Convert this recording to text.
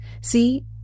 See